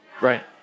Right